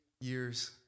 years